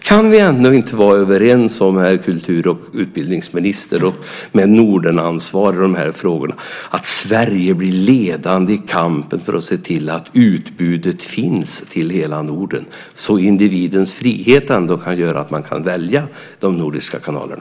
Kan vi ändå inte vara överens om, utbildnings och kulturministern med Nordenansvar för dessa frågor, att Sverige blir ledande i kampen för att utbudet ska finnas i hela Norden så att individen får frihet att välja de nordiska kanalerna?